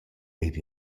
eir